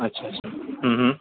अच्छा अच्छा